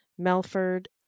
Melford